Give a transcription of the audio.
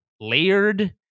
layered